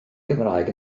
gymraeg